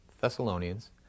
Thessalonians